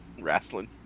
Wrestling